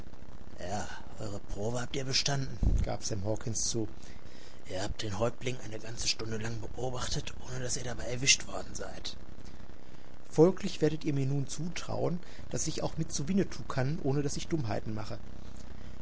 eure probe habt ihr bestanden gab sam hawkens zu ihr habt den häuptling eine ganze stunde lang beobachtet ohne daß ihr dabei erwischt worden seid folglich werdet ihr mir nun zutrauen daß ich auch mit zu winnetou kann ohne daß ich dummheiten mache